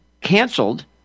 canceled